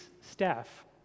staff